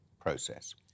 process